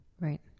Right